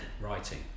writing